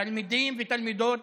תלמידים ותלמידות